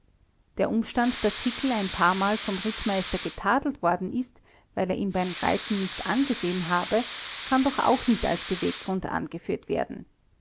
der umstand daß hickel ein paarmal vom rittmeister getadelt worden ist weil er ihn beim reiten nicht angesehen habe kann doch auch nicht als beweggrund angeführt werden